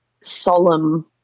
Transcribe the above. solemn